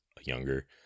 younger